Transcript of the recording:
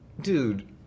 dude